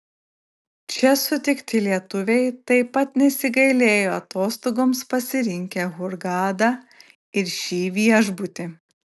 čia sutikti lietuviai taip pat nesigailėjo atostogoms pasirinkę hurgadą ir šį viešbutį